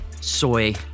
soy